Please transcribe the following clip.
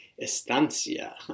estancia